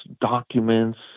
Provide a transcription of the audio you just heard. documents